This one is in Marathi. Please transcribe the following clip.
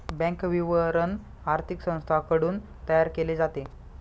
बँक विवरण आर्थिक संस्थांकडून तयार केले जाते